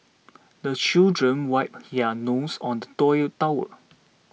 the children wipe their noses on the towel